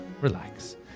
relax